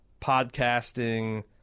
podcasting